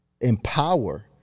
empower